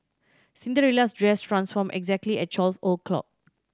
Cinderella's dress transformed exactly at twelve o'clock